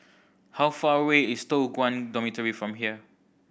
how far away is Toh Guan Dormitory from here